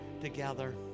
together